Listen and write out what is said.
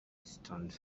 stunned